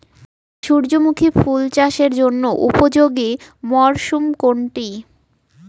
সূর্যমুখী ফুল চাষের জন্য উপযোগী মরসুম কোনটি?